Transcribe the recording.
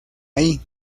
ahí